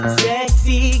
sexy